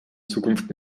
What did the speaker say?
zukunft